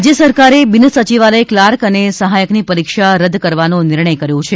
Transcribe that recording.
રાજ્ય સરકારે બિન સચિવાલય કલાર્ક અને સહાયકની પરીક્ષા રદ કરવાનો નિર્ણય કર્યો છે